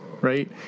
right